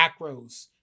macros